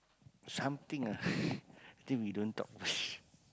something ah I think we don't talk about this